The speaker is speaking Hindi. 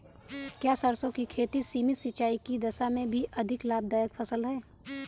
क्या सरसों की खेती सीमित सिंचाई की दशा में भी अधिक लाभदायक फसल है?